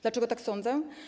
Dlaczego tak sądzę?